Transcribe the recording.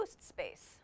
space